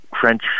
french